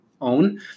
own